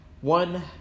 one